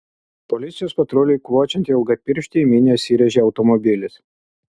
policijos patruliui kvočiant ilgapirštį į minią įsirėžė automobilis